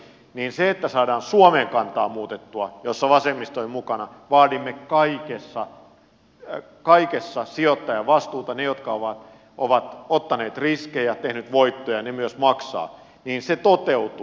pitää huomioida että se että saadaan suomen kantaa muutettua missä vasemmisto oli mukana vaadimme kaikessa sijoittajavastuuta niin että ne jotka ovat ottaneet riskejä tehneet voittoja myös maksavat toteutui